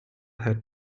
had